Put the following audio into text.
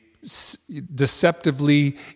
deceptively